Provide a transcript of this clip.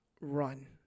run